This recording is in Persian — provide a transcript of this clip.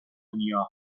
دنیا